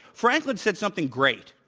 franklin said something great.